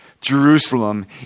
Jerusalem